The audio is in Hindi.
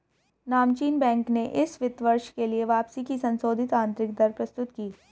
नामचीन बैंक ने इस वित्त वर्ष के लिए वापसी की संशोधित आंतरिक दर प्रस्तुत की